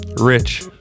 rich